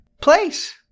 place